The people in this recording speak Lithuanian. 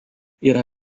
yra